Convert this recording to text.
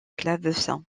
clavecin